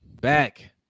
back